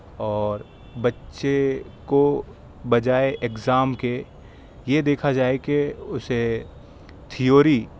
اور بچے کو بجائے ایگزام کے یہ دیکھا جائے کہ اُسے تھیوری